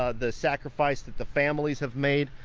ah the sacrifice that the families have made.